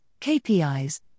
KPIs